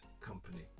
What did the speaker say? company